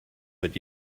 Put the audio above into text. but